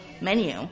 menu